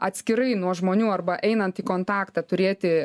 atskirai nuo žmonių arba einant į kontaktą turėti